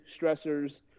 stressors